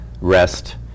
rest